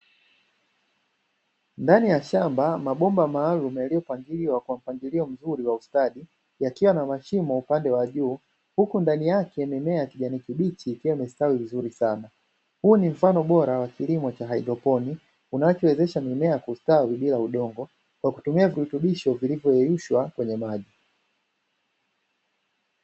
Ndani ya shamba mabomba maalumu yaliyopangiliwa kwa mpangilio mzuri wa ustadi, yakiwa na mashimo upande wa juu, huku ndani yake mimea ya kijani kibichi ikiwa imestawi vizuri sana. Huu ni mfano bora wa kilimo cha haidroponi kinachowezesha mimea kustawi bila udongo kwa kutumia virutubisho vilivyo yeyushwa kwenye maji.